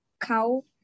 cow